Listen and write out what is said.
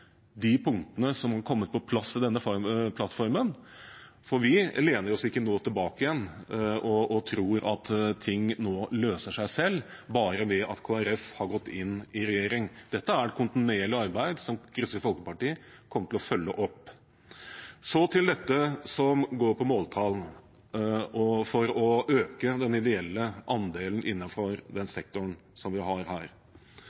de punktene som har kommet på plass i denne plattformen. Vi lener oss ikke tilbake igjen og tror at alt løser seg selv bare ved at Kristelig Folkeparti har gått inn i regjering. Dette er et kontinuerlig arbeid som Kristelig Folkeparti kommer til å følge opp. Så til dette som gjelder måltall for å øke den ideelle andelen